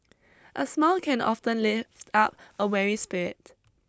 a smile can often lift up a weary spirit